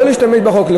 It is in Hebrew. לא להשתמש בחוק,